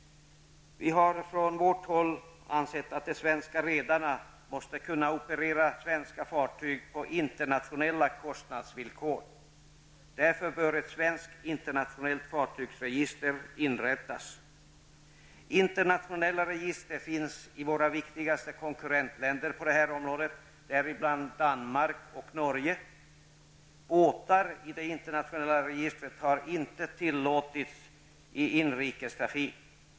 Vi i folkpartiet liberalerna anser att de svenska redarna måste kunna operera svenskägda fartyg på internationella kostnadsvillkor. Därför bör ett svenskt internationellt fartygsregister inrättas. Internationella register finns i våra viktigaste konkurrentländer, däribland Danmark och Norge. Båtar i det internationella registret har inte tillåtits i inrikestrafik.